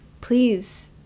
please